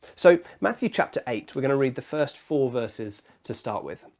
so matthew, chapter eight. we're going to read the first four verses to start with.